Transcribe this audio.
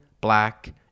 black